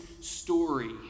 story